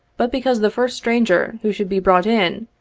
but because the first stranger who should be brought in,